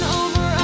over